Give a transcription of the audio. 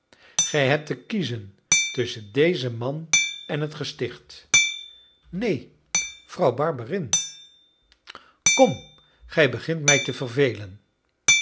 gij hebt te kiezen tusschen dezen man en het gesticht neen vrouw barberin kom gij begint mij te vervelen